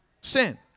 Sin